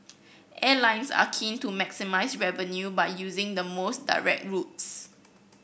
airlines are keen to maximise revenue by using the most direct routes